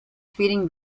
speeding